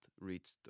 reached